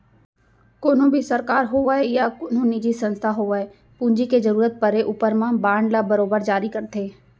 कोनों भी सरकार होवय या कोनो निजी संस्था होवय पूंजी के जरूरत परे ऊपर म बांड ल बरोबर जारी करथे